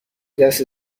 دست